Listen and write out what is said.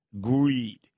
Greed